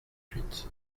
huit